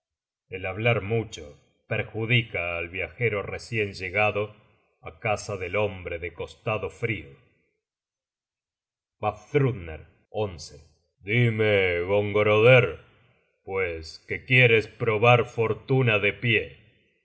el hablar mucho perjudica al viajero recien llegado á casa del hombre de costado frio vafthrudner dime gongroder pues que quieres probar fortuna de pie